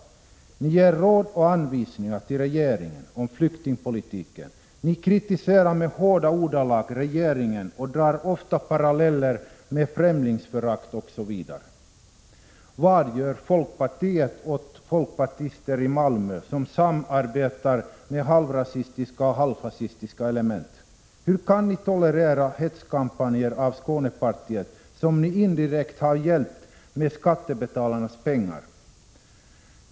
Ni ger råd och anvisningar till regeringen om flyktingpolitiken. Ni kritiserar i hårda ordalag regeringen och drar ofta paralleller till främlingsförakt osv. Vad gör folkpartiet åt folkpartister i Malmö som samarbetar med halvrasistiska och halvfascistiska element? Hur kan ni tolerera hetskampanjer av Skånepartiet, ett parti som ni indirekt har hjälpt med skattebetalarnas pengar?